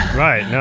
right, yeah